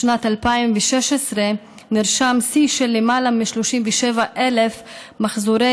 בשנת 2016 נרשם שיא של למעלה מ-37,000 מחזורי